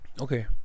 okay